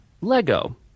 Lego